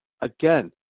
again